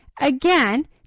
Again